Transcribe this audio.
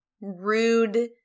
rude